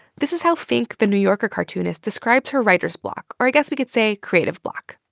this is how finck, the new yorker cartoonist, describes her writer's block, or i guess we could say creative block